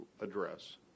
address